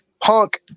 punk